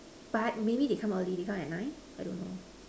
but maybe they come early they come at nine I don't know